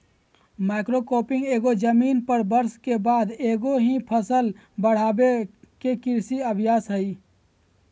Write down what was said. monocropping एगो जमीन पर वर्ष के बाद एगो ही फसल वर्ष बढ़ाबे के कृषि अभ्यास हइ